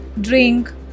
drink